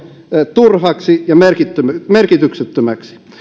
turhaksi ja merkityksettömäksi